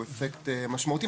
הוא אפקט משמעותי,